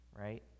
right